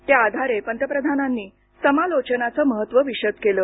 त्या आधारे पंतप्रधानांनी समालोचनाचं महत्त्व विशद केलं